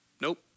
nope